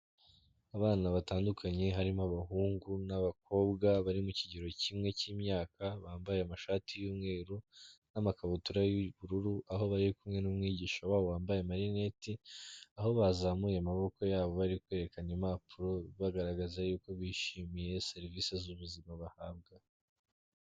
Abana batandukanye, harimo abahungu n'abakobwa, bari mu kigero kimwe cy'imyaka, bambaye amashati y'umweru n'amakabutura y'ubururu, aho bari kumwe n'umwigisha wabo wambaye amarinete, aho bazamuye amaboko yabo bari kwerekana impapuro, bagaragaza y'uko bishimiye serivisi z'ubuzima bahabwa.